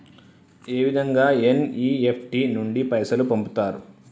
ఏ విధంగా ఎన్.ఇ.ఎఫ్.టి నుండి పైసలు పంపుతరు?